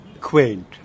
quaint